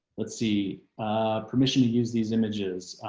let's see permission to use these images.